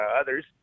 others